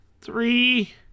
three